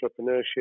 entrepreneurship